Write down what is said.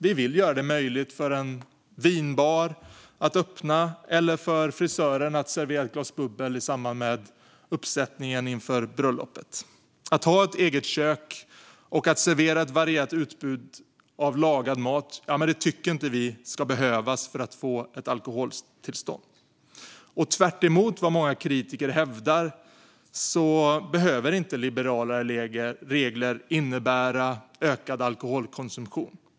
Vi vill göra det möjligt för en vinbar att öppna eller för frisören att servera ett glas bubbel i samband med en håruppsättning inför bröllopet. Att ha ett eget kök och servera ett varierat utbud av lagad mat tycker inte vi ska behövas för att man ska kunna få ett alkoholtillstånd. Tvärtemot vad många kritiker hävdar behöver inte liberalare regler innebära ökad alkoholkonsumtion.